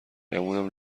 گمونم